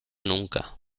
nunca